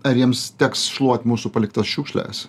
ar jiems teks šluot mūsų paliktas šiukšles